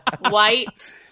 white